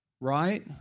Right